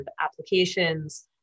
applications